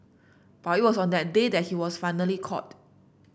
but it was on that day that he was finally caught